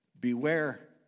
Beware